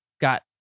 got